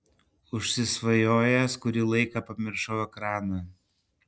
užsisvajojęs kurį laiką pamiršau ekraną